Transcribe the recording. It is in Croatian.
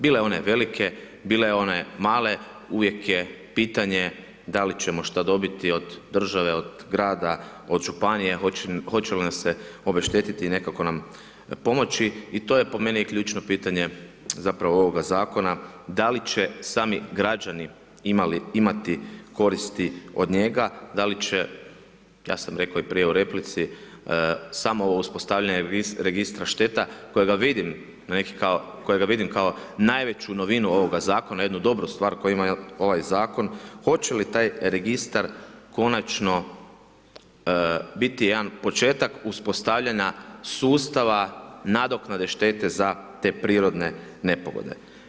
Bile one velike, bile one male, uvijek je pitanje da li ćemo što dobiti od države, od grada, od županije, hoće li nas se obešteti i nekako nam pomoći i to je po meni je ključno pitanje zapravo ovoga zakona, da li će sami građani imati koristi od njega, da li će, ja sam rekao prije i u replici, samo uspostavljanje Registra šteta, kojega vidim kao najveću novinu ovoga zakona, jednu dobru stvar koji ima ovaj zakon, hoće li taj registar konačno biti jedan početak uspostavljanja sustava nadoknade štete za te prirodne nepogode?